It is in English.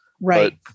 right